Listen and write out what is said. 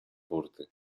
burty